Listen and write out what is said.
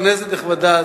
כנסת נכבדה,